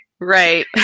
Right